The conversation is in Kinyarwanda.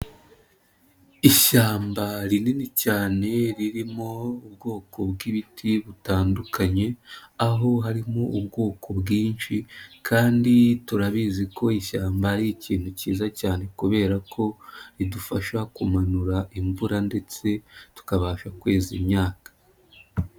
Ishyamba rinini cyane ririmo ubwoko bw'ibiti butandukanye, aho harimo ubwoko bwinshi kandi turabizi ko ishyamba ari ikintu cyiza cyane kubera ko ridufasha kumanura imvura ndetse tukabasha kweza imyaka.